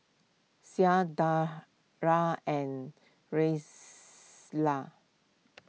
Shah Dara and